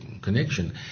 connection